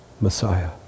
Messiah